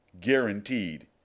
Guaranteed